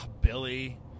Billy